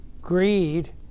Greed